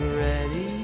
ready